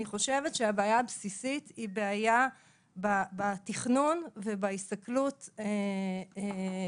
אני חושבת שהבעיה הבסיסית היא בעיה בתכנון ובהסתכלות במאקרו,